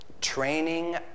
training